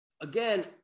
again